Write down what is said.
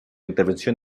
intervención